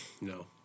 No